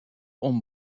oan